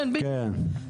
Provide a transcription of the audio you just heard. כן, בדיוק.